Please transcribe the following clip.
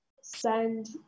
send